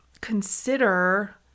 consider